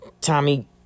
Tommy